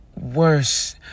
worse